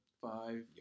Five